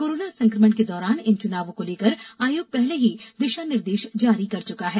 corona संकमण के दौरान इन चुनावों को लेकर आयोग पहले ही दिशानिर्देश जारी कर चुका है